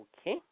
Okay